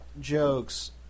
jokes